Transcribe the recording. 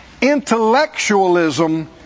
intellectualism